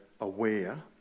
aware